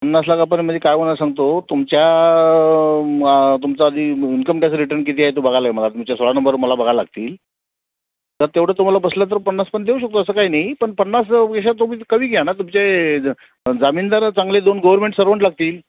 पन्नास लाखापर्यंत म्हणजे काय होणार सांगतो तुमच्या तुमचं आधी इन्कम टॅस रिटन किती आहे तो बघाय लागेल मला तुमच्या सोळा नंबर मला बघा लागतील तर तेवढं तुम्हाला बसलं तर पन्नासपर्यंत देऊ शकतो असं काही नाही पण पन्नास तुम्ही कवी घ्या ना तुमचे ज जामीनदार चांगले दोन गव्हर्मेंट सर्वंट लागतील